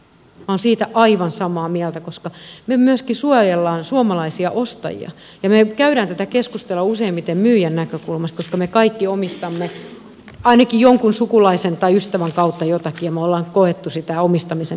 minä olen siitä aivan samaa mieltä koska me myöskin suojelemme suomalaisia ostajia ja me käymme tätä keskustelua useimmiten myyjän näkökulmasta koska me kaikki omistamme ainakin jonkun sukulaisen tai ystävän kautta jotakin ja me olemme kokeneet sitä omistamisen tuskaa